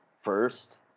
first